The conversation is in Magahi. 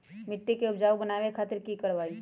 मिट्टी के उपजाऊ बनावे खातिर की करवाई?